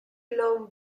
long